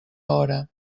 hora